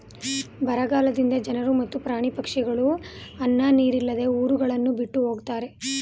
ಬರಗಾಲದಿಂದ ಜನರು ಮತ್ತು ಪ್ರಾಣಿ ಪಕ್ಷಿಗಳು ಅನ್ನ ನೀರಿಲ್ಲದೆ ಊರುಗಳನ್ನು ಬಿಟ್ಟು ಹೊಗತ್ತರೆ